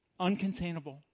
Uncontainable